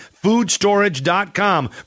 FoodStorage.com